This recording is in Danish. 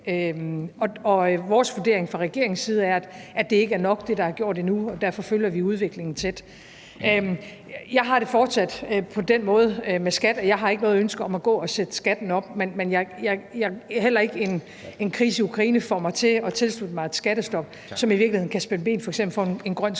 Og vores vurdering fra regeringens side er, at det endnu ikke er nok med det, der er gjort, og derfor følger vi udviklingen tæt. Jeg har det fortsat på den måde med skat, at jeg ikke har noget ønske om at gå og sætte skatten op, men heller ikke en krise i Ukraine får mig til at tilslutte mig et skattestop, som i virkeligheden kan spænde ben for f.eks. en grøn